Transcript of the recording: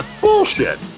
bullshit